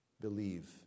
Believe